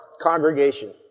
congregation